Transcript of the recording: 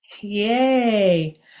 yay